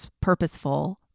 purposeful